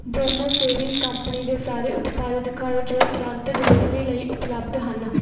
Bombay shaving company ਦੇ ਸਾਰੇ ਉਤਪਾਦ ਦਿਖਾਓ ਜੋ ਤੁਰੰਤ ਡਿਲੀਵਰੀ ਲਈ ਉਪਲਬਧ ਹਨ